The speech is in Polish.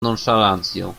nonszalancją